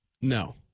No